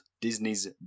Disney's